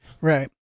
right